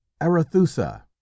arethusa